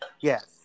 Yes